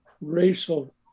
racial